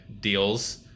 deals